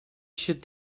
should